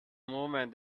movement